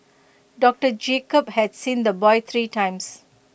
doctor Jacob had seen the boy three times